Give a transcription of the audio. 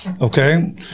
okay